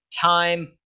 time